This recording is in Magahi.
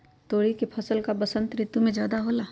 तोरी के फसल का बसंत ऋतु में ज्यादा होला?